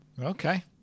Okay